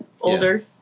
older